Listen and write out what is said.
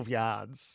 yards